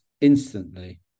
instantly